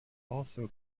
also